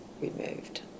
removed